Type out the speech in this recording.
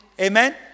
Amen